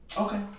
Okay